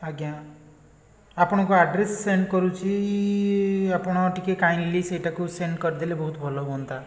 ଆଜ୍ଞା ଆପଣଙ୍କୁ address send କରୁଛି ଆପଣ ଟିକିଏ କାଇଣ୍ଡଲି ସେଇଟାକୁ ସେଣ୍ଡ୍ କରିଦେଲେ ବହୁତ ଭଲ ହୁଅନ୍ତା